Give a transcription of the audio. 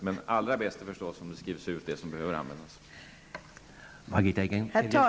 Men allra bäst är naturligtvis om bara det som behöver användas skrivs ut.